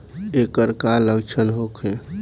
ऐकर का लक्षण होखे?